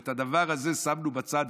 ואת הדבר הזה שמנו בצד,